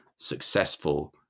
successful